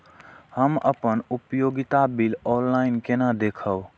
हम अपन उपयोगिता बिल ऑनलाइन केना देखब?